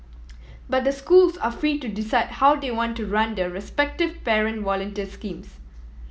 but the schools are free to decide how they want to run their respective parent volunteer schemes